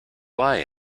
lie